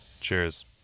Cheers